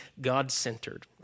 God-centered